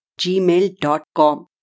gmail.com